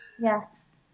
Yes